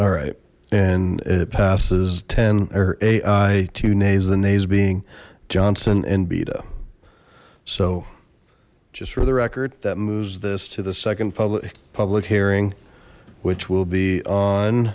alright and it passes ten or a i to nays the nays being johnson and betta so just for the record that moves this to the second public public hearing which will be on